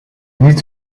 niet